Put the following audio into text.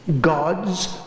God's